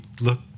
look